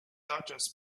dodgers